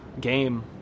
game